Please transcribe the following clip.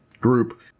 group